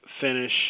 finish